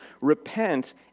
Repent